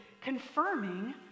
confirming